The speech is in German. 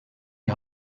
die